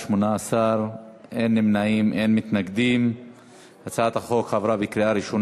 ההצעה להעביר את הצעת חוק כלי הירייה (תיקון מס' 17)